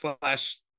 slash